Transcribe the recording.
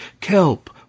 kelp